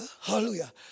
hallelujah